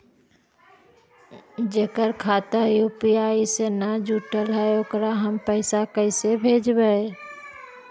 जेकर खाता यु.पी.आई से न जुटल हइ ओकरा हम पैसा कैसे भेजबइ?